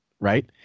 right